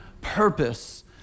purpose